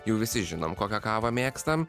jau visi žinom kokią kavą mėgstam